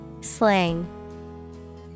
slang